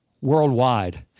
worldwide